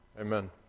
Amen